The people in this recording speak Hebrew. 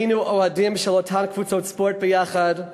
היינו אוהדים של אותן קבוצות ספורט ביחד,